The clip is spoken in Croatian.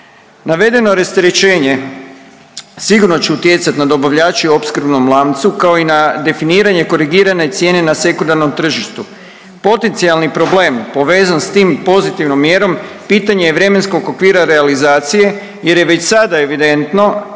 Navedeno rasterećenje sigurno će utjecat na dobavljače u opskrbnom lancu, kao i na definiranje korigirane cijene na sekundarnom tržištu. Potencijalni problem povezan s tim pozitivnom mjerom pitanje je vremenskog okvira realizacije jer je već sada evidentno